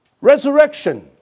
Resurrection